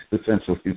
essentially